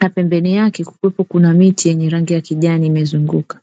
na pembeni yake kukiwepo kuna miti yenye rangi ya kijani imezunguka.